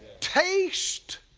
taste,